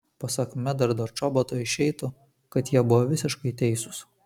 pasak medardo čoboto išeitų kad jie buvo visiškai teisūs